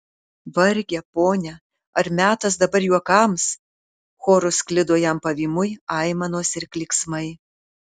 varge pone ar metas dabar juokams choru sklido jam pavymui aimanos ir klyksmai